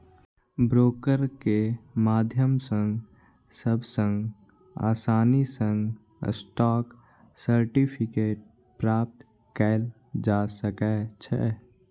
broker के माध्यम सं सबसं आसानी सं स्टॉक सर्टिफिकेट प्राप्त कैल जा सकै छै